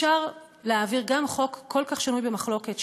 אפשר להעביר גם חוק כל כך שנוי במחלוקת,